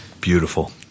beautiful